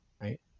right